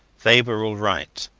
they were all right.